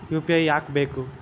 UPI ಯಾಕ್ ಬೇಕು?